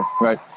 Right